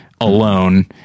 alone